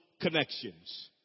connections